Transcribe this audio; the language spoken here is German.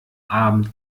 abend